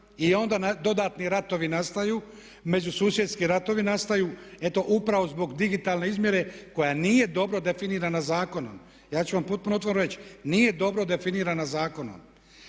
i onda dodatni ratovi nastaju, međususjedski ratovi nastaju eto upravo zbog digitalne izmjere koja nije dobro definirana zakonom. Ja ću vam potpuno otvoreno reći. Nije dobro definirana zakonom